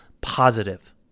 positive